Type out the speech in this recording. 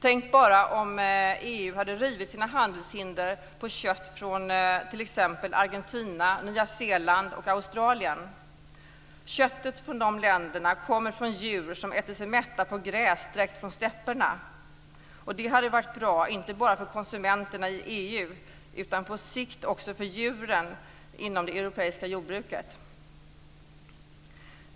Tänk bara om EU hade rivit sina handelshinder för kött från t.ex. Argentina, Nya Zeeland och Australien. Köttet från de länderna kommer från djur som äter sig mätta på gräs direkt från stäpperna. Det hade varit bra, inte bara för konsumenterna i EU utan på sikt också för djuren inom det europeiska jordbruket.